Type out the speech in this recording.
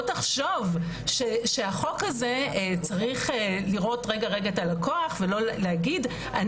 תחשוב שהחוק הזה צריך לראות את הלקוח במקום להגיד לו,